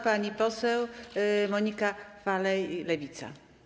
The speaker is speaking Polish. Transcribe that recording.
Pani poseł Monika Falej, Lewica.